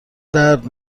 درد